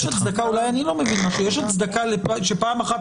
אולי אני לא מבין משהו אבל יש הצדקה שפעם אחת